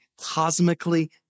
cosmically